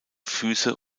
füße